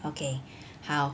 okay 好